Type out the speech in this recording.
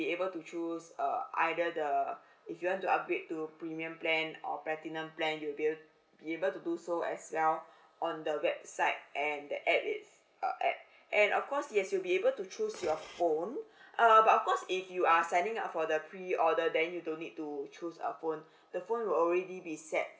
able to choose either the uh if you want to upgrade to premium plan or platinum plan you will be able to do so as well on the website and the apps is err at and of course yes you'll be able to choose your phone but off course if you are signing up for the pre order then you don't need to choose a phone the phone will already be set